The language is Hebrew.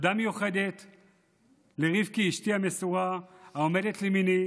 תודה מיוחדת לרבקי, אשתי המסורה, העומדת לימיני